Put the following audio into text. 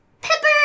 Pepper